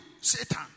Satan